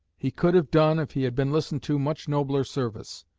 he could have done, if he had been listened to, much nobler service.